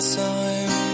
time